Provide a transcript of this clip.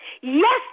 yes